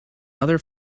other